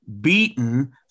beaten